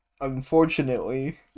unfortunately